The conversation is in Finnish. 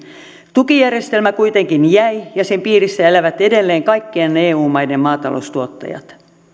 tukijärjestelmä kuitenkin jäi ja sen piirissä elävät edelleen kaikkien eu maiden maataloustuottajat